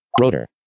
Rotor